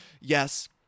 yes